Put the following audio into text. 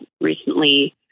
recently